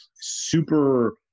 super